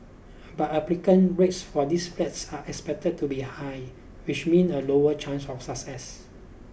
but applicant rates for these flats are expected to be high which mean a lower chance of success